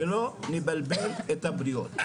שלא נבלבל את הבריות.